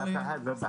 אף אחד לא בחר.